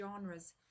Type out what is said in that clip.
genres